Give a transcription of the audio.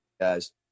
guys